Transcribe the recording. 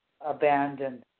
abandoned